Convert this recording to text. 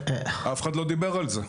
אף אחד לא דיבר על זה.